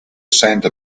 sainte